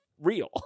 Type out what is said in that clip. real